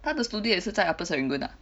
他的 studio 也是在 upper Serangoon ah